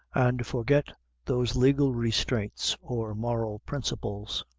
and forget those legal restraints, or moral principles,